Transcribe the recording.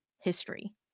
history